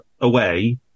away